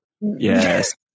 Yes